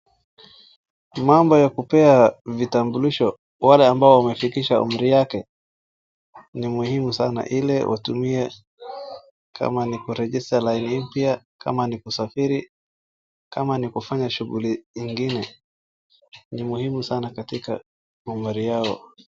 Mambo ya kupea vitambulisho wale ambao wamefikisha umri yake, ni muhimu sana ili watumie, kama ni ku register laini mpya, kama ni kusafiri, kama ni kufanya shughuli ingine, ni muhimu sana katika umri yao.